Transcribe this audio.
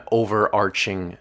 overarching